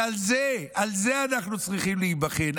ועל זה, על זה אנחנו צריכים להיבחן.